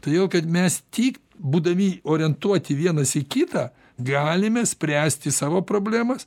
todėl kad mes tik būdami orientuoti vienas į kitą galime spręsti savo problemas